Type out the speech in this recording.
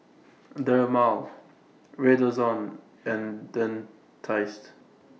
Dermale Redoxon and Dentiste